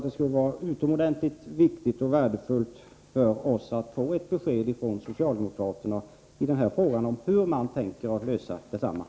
Det skulle vara utomordentligt värdefullt för oss att få ett besked från socialdemokraterna om hur man tänker lösa denna fråga.